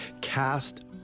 cast